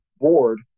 board